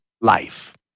life